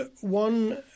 one